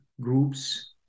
groups